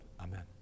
Amen